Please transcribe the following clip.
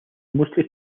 mostly